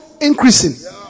increasing